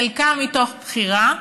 חלקם מתוך בחירה,